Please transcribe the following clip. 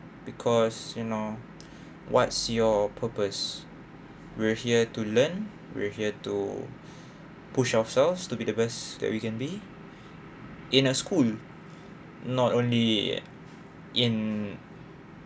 because you know what's your purpose we're here to learn we're here to push ourselves to be the best that we can be in a school not only in